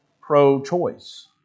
pro-choice